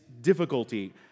difficulty